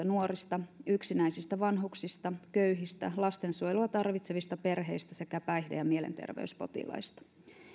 nuorista yksinäisistä vanhuksista köyhistä lastensuojelua tarvitsevista perheistä sekä päihde ja mielenterveyspotilaista